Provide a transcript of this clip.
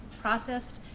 processed